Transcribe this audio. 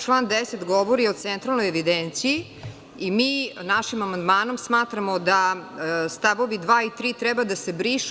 Član 10. govori o Centralnoj evidenciji i mi našim amandmanom smatramo da stavovi 2. i 3. treba da se brišu.